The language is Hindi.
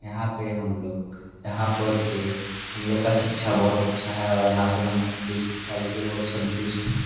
यहाँ पे हम लोग यहाँ पढ़ के हम लोग का शिक्षा बहोत अच्छा है और यहाँ पे हम ये शिक्षा लेके बहुत संतुष्ट है